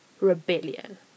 rebellion